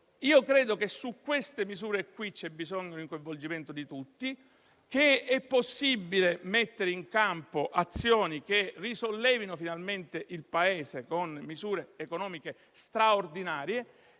Credo che su queste misure ci sia bisogno di un coinvolgimento di tutti, che sia possibile mettere in campo azioni che risollevino finalmente il Paese con misure economiche straordinarie